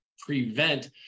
prevent